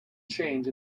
change